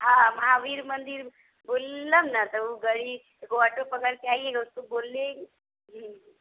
हँ महावीर मन्दिर बोललहुँ ने तऽ ओ गाड़ी ओ ऑटो पकड़िके आइये उसको बोललियै हूँ